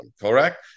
correct